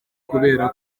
kubera